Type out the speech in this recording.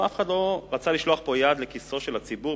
שאף אחד לא רצה לשלוח פה יד לכיסו של הציבור,